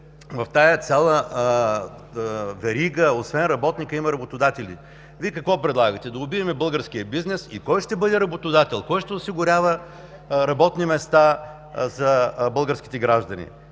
тази верига, освен работника, има работодатели. Вие какво предлагате – да убием българския бизнес? Кой ще бъде работодател, кой ще осигурява работни места за българските граждани?